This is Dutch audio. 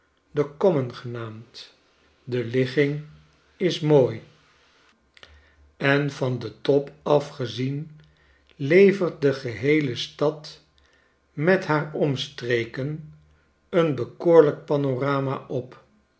de common genaamd de ligging is mooi en van den top af gezien levert de geheele stad met haar omstreken een bekoorlijk panorama op